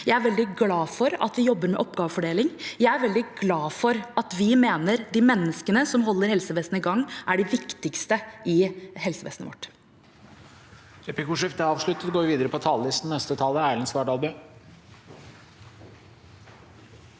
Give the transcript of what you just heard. fagarbeiderløft, for at vi jobber med oppgavefordeling, og for at vi mener de menneskene som holder helsevesenet i gang, er det viktigste i helsevesenet vårt.